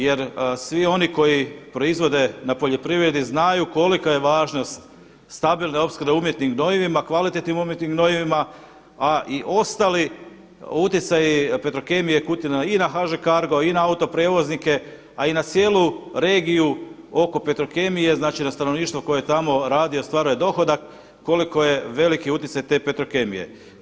Jer svi oni koji proizvodi na poljoprivredi znaju kolika je važnost stabilne opskrbe umjetnim gnojivima, kvalitetnim umjetnim gnojivima, a i ostali utjecaji Petrokemije Kutina i na HŽ Cargo, i na autoprijevoznike, a i na cijelu regiju oko Petrokemije, znači na stanovništvo koje tamo radi, ostvaruje dohodak koliko je veliki utjecaj te Petrokemije.